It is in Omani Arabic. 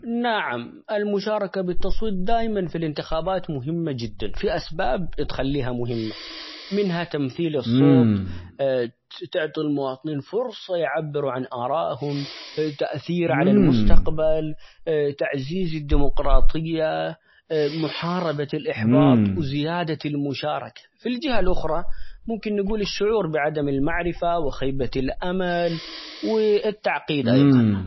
نعم المشاركة بالتصويت دائمًا في الانتخابات مهمة جدًا ،في أسباب تخليها مهمة منها تمثيل الصوت، -ت-تعطي المواطنين فرصة يعبروا عن آرائهم، تأثير على المستقبل تعزيز الديموقراطية ، محاربة الإحباط ،وزيادة المشاركة ، في الجهة الأخرى ممكن نقول الشعور بعدم المعرفة ،وخيبة الأمل و التعقيد أيضًا.